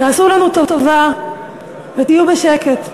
תעשו לנו טובה ותהיו בשקט.